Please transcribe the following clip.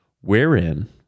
wherein